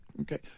okay